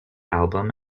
album